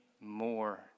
more